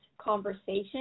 conversation